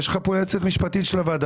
יש לך פה יועצת משפטית של הוועדה,